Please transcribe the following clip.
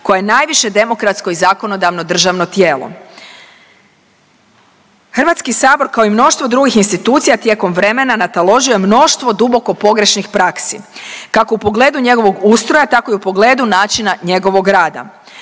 koja je najviše demokratsko i zakonodavno državno tijelo. Hrvatski sabor, kao i mnoštvo drugih institucija tijekom vremena nataložio je mnoštvo duboko pogrešnih praksi, kako u pogledu njegovog ustroja, tako i u pogledu načina njegovog rada.